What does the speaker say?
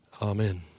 Amen